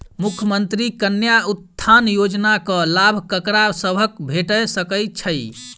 मुख्यमंत्री कन्या उत्थान योजना कऽ लाभ ककरा सभक भेट सकय छई?